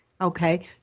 Okay